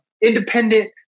independent